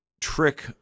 trick